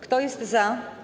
Kto jest za?